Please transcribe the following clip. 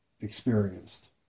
experienced